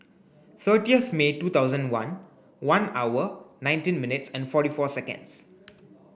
thirtieth May two thousand one one hour nineteen minutes and forty four seconds